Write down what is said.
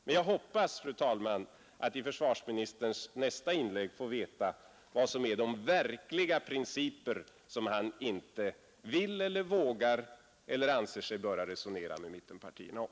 Men jag hoppas, fru talman, att i försvarsministerns nästa inlägg få veta vad som är de verkliga principer som han inte vill eller vågar eller anser sig böra resonera med mittenpartierna om.